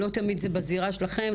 לא תמיד זה בזירה שלכם,